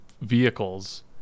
vehicles